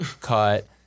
cut